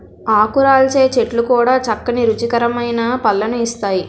ఆకురాల్చే చెట్లు కూడా చక్కని రుచికరమైన పళ్ళను ఇస్తాయి